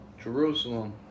Jerusalem